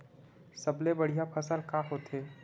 सबले बढ़िया फसल का होथे?